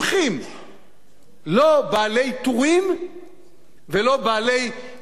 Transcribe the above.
לא בעלי טורים ולא בעלי טורים פוליטיים,